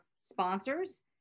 sponsors